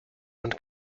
and